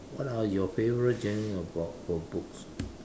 what are your favorite genre about for books